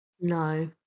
No